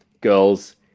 girls